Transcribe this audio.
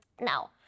Now